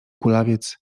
kulawiec